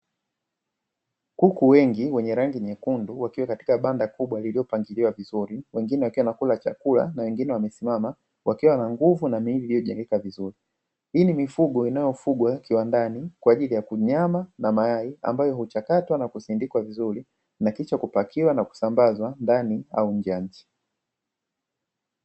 Kuku wengi wenye rangi nyekundu wakiwa katika banda lililofagiliwa vizuri, wengine wakiwa wanakula chakula na wengine wamesimama wakiwa na nguvu na miili iliyojengeka vizuri. Hii ni mifugo inayofugwa kiwandani kwa ajili ya nyama na mayai, ambayo huchakatwa na kusindikwa vizuri na kisha kupakiwa na kusambazwa ndani au nje ya nchi.